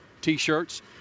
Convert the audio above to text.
T-shirts